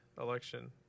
election